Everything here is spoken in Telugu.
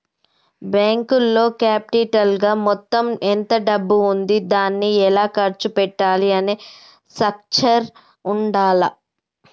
బ్యేంకులో క్యాపిటల్ గా మొత్తం ఎంత డబ్బు ఉంది దాన్ని ఎలా ఖర్చు పెట్టాలి అనే స్ట్రక్చర్ ఉండాల్ల